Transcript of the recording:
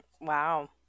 Wow